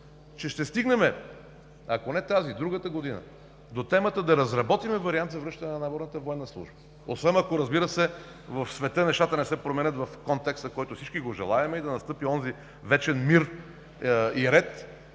че ще стигнем – ако не тази, другата година – до темата да разработим вариант за връщане на донаборната военна служба. Освен, ако, разбира се, в света нещата не се променят в контекста, който всички желаем, и да настъпи онзи вечен мир и ред,